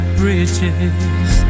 bridges